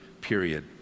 period